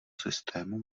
systému